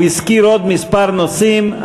הוא הזכיר עוד כמה נושאים.